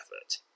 effort